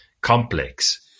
complex